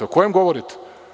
O kojem govorite?